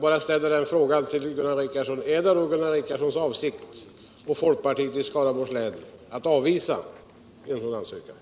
har då Gunnar Richardson och folkpartiet i Skaraborgs län för avsikt att avvisa en sådan ansökan?